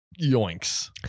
Yoinks